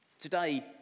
Today